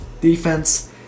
Defense